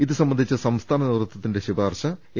ഇത് സംബന്ധിച്ച് സംസ്ഥാന നേതൃത്വ ത്തിന്റെ ശിപാർശ എ